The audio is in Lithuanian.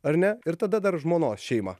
ar ne ir tada dar žmonos šeimą